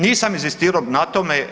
Nisam inzistirao na tome.